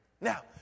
Now